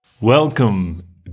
Welcome